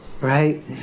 Right